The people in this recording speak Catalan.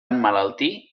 emmalaltir